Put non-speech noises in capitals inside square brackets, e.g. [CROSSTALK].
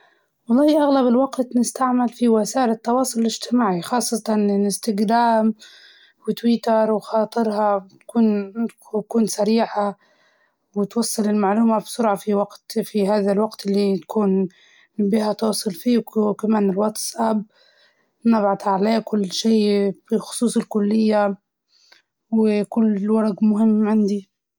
نستخدم وسائل التواصل الإجتماعي أكتر شي، يعني أسرع، وأسهل ، بس [HESITATION] مرات نحب نسمع الاخبار [HESITATION] في التلفزيون لو كانوا الأهل مجتمعين عليه.